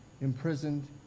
imprisoned